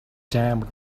jammed